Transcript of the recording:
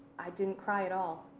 i didn't cry at all.